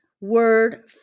word